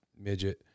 midget